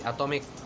Atomic